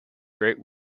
great